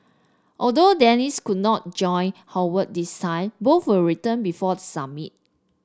although Dennis could not join Howard this time both will return before the summit